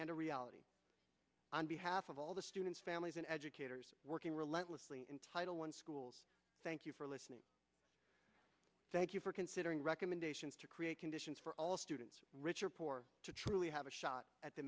and a reality on behalf of all the students families and educators working relentlessly in title one schools thank you for listening thank you for considering recommendations to create conditions for all students rich or poor to truly have a shot at the